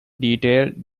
detailed